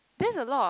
that's a lot